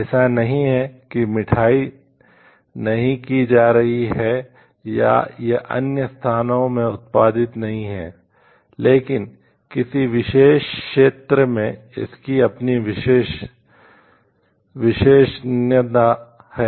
ऐसा नहीं है कि मिठाई नहीं की जा रही है या यह अन्य स्थानों में उत्पादित नहीं है लेकिन किसी विशेष क्षेत्र में इसकी अपनी विशेषज्ञता है